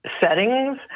settings